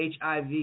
HIV